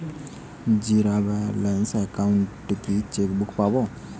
Zero balance account এ কি chequebook পাব?